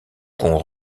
qu’on